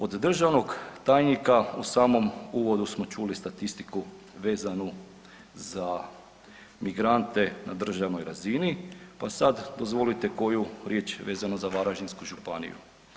Od državnog tajnika u samom uvodu smo čuli statistiku vezanu za migrante na državnoj razini, pa sad dozvolite koju riječ vezano za Varaždinsku županiju.